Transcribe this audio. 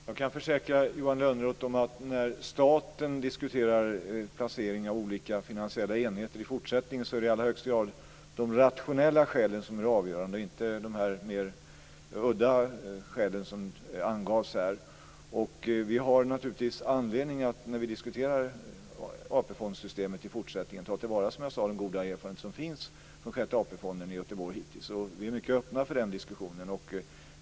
Fru talman! Jag kan försäkra Johan Lönnroth om att när staten diskuterar placering av olika finansiella enheter i fortsättningen är det i allra högsta grad de rationella skälen som är avgörande, inte de mer udda skälen som angavs här. Vi har naturligtvis anledning, när vi diskuterar AP-fondssystemet i fortsättningen, att, som jag sade, ta till vara den goda erfarenhet som finns från Sjätte AP-fonden i Göteborg hittills. Vi är mycket öppna för den diskussionen.